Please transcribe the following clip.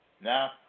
Now